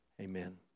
Amen